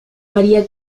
maría